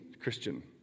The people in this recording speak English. Christian